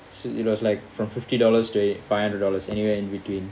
so it was like from fifty dollars to five hundred dollars anywhere in between